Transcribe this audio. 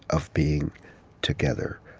of being together.